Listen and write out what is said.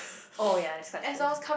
oh ya that's quite true